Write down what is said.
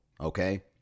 okay